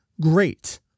great